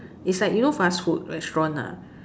is like you know fast food restaurant lah